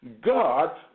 God